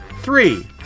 Three